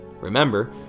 Remember